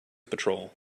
patrol